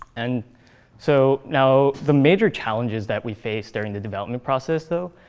and so now, the major challenges that we faced during the development process though